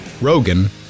Rogan